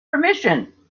permission